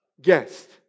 guest